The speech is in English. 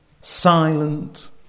silent